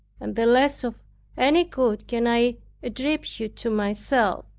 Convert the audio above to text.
and the less of any good can i attribute to myself.